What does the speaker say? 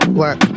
work